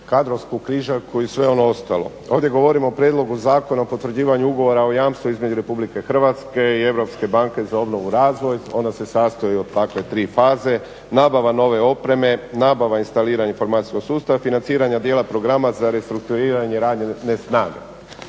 kadrovsku križaljku i sve ono ostalo. Ovdje govorimo Prijedlogu zakona o potvrđivanju ugovora o jamstvu između RH i Europske banke za obnovu i razvoj, ona se sastoji od takve tri faze, nabava nove opreme, nabava i instaliranje informatičkog sustava, financiranje dijela programa za restrukturiranje ….